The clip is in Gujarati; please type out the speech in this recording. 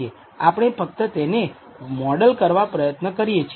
આપણે ફક્ત તેને મોડલ કરવા પ્રયત્ન કરીએ છીએ